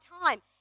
time